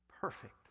perfect